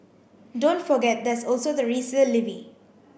don't forget there's also the resale levy